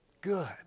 good